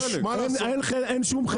אין שום חלק.